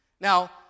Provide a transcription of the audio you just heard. Now